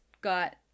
got